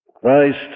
Christ